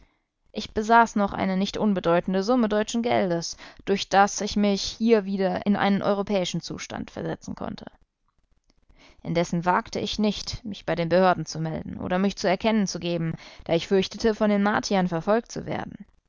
ich besaß noch eine nicht unbedeutende summe deutschen geldes durch das ich mich hier wieder in einen europäischen zustand versetzen konnte indessen wagte ich nicht mich bei den behörden zu melden oder mich zu erkennen zu geben da ich fürchtete von den martiern verfolgt zu werden